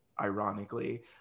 ironically